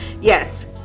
yes